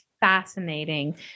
fascinating